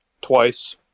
twice